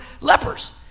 lepers